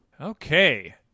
Okay